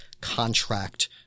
contract